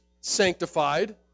sanctified